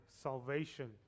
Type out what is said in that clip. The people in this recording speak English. salvation